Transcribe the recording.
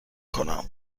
کنم